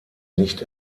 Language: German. nicht